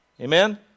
Amen